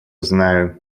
знаю